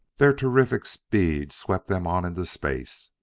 their terrific speed swept them on into space.